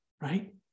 right